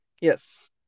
Yes